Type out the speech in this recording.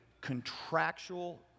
contractual